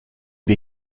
wir